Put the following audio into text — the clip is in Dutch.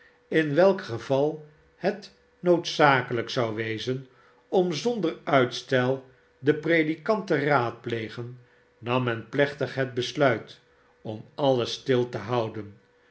in welk geval het noodzakelijk zou wezen om zonder uitstel den predikant te raadplegen nam men plechtig het besluit om alles stil te houden